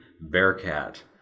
Bearcat